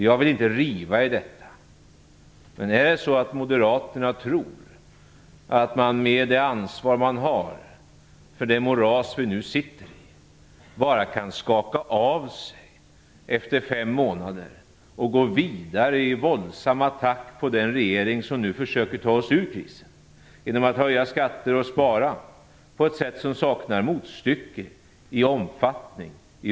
Jag vill inte riva i det. Men tror moderaterna att de, med det ansvar de har för det moras vi nu sitter i, bara kan skaka av sig efter fem månader och gå vidare i våldsam attack på den regering som nu försöker ta oss ur krisen genom att höja skatter och spara på ett sätt som saknar motstycke i omfattning i Europa?